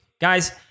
guys